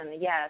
Yes